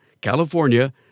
California